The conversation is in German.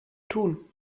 tun